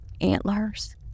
Antlers